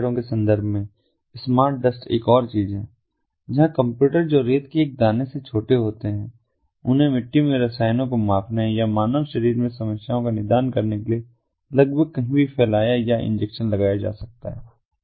smart शहरों के संदर्भ में स्मार्ट डस्ट एक और चीज है जहां कंप्यूटर जो रेत के एक दाने से छोटे होते हैं उन्हें मिट्टी में रसायनों को मापने या मानव शरीर में समस्याओं का निदान करने के लिए लगभग कहीं भी फैलाया या इंजेक्शन लगाया जा सकता है